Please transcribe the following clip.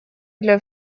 для